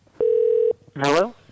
Hello